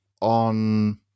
on